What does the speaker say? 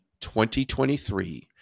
2023